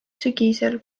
sügisel